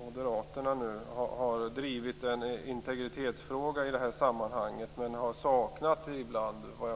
Moderaterna har drivit integritetsfrågan i detta sammanhang. Såvitt jag förstår har hon saknat Miljöpartiet där.